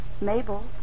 Mabel